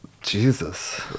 jesus